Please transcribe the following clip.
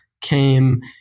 came